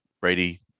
Brady